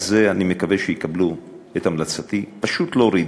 אני מקווה שיקבלו את המלצתי, פשוט להוריד.